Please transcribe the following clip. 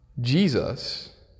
Jesus